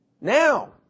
Now